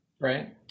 Right